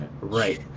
right